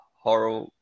horror